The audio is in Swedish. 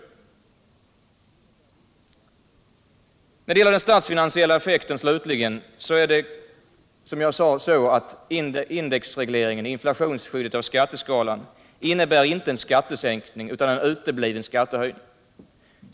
När det slutligen gäller den statsfinansiella effekten är det, som jag sade, så att indexregleringen eller inflationsskyddet av skatteskalan inte innebär en skattesänkning utan en utebliven skattehöjning.